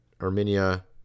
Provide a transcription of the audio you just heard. Armenia